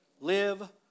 Live